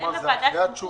כלומר, זו התשובה?